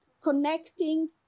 connecting